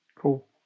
Cool